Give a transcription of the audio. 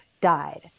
died